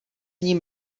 ním